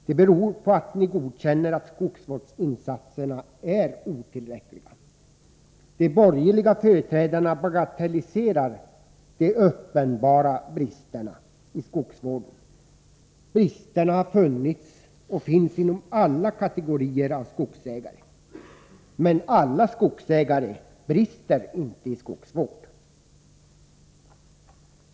Det beror på att de godkänner att skogsvårdsinsatserna är otillräckliga. De borgerliga företrädarna bagatelliserar de uppenbara bristerna i skogsvården. Bristerna har funnits och finns inom alla kategorier av skogsägare. Men alla skogsägare brister inte i skogsvård.